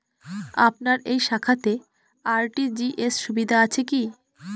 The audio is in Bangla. আপনার এই শাখাতে আর.টি.জি.এস সুবিধা আছে কি?